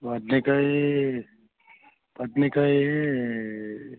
ಬದ್ನೆಕಾಯಿ ಬದ್ನೆಕಾಯಿ